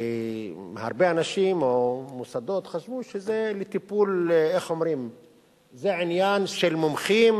הרבה אנשים או מוסדות חשבו שזה עניין של מומחים,